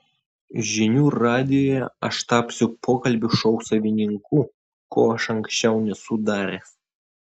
žinių radijuje aš tapsiu pokalbių šou savininku ko aš anksčiau nesu daręs